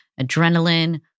adrenaline